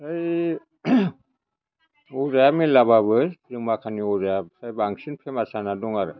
है अजाया मेरलाबाबो जों माखानि अजाया फ्राय बांसिन फेमास जाना दं आरो